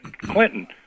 Clinton